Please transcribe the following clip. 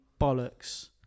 bollocks